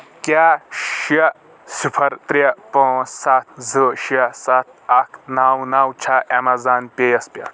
کیٛاہ شیٚے صِفر ترٛے پانٛژھ سَتھ زٕ شیٚے سَتھ اکھ نو نو چھا اَمیزان پے یَس پٮ۪ٹھ؟